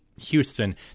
Houston